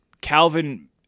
Calvin